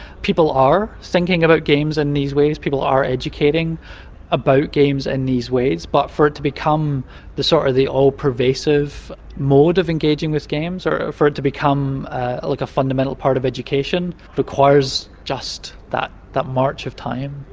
people are thinking about games in these ways, people are educating about games in and these ways, but for it to become the sort of the all-pervasive mode of engaging with games or for it to become a like fundamental part of education requires just that that march of time.